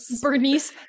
bernice